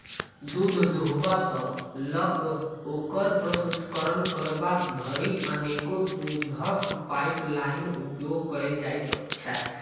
दूध दूहबा सॅ ल क ओकर प्रसंस्करण करबा धरि अनेको दूधक पाइपलाइनक उपयोग कयल जाइत छै